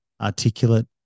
articulate